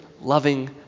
loving